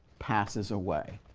passes away.